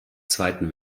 zweiten